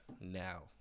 now